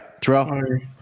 Terrell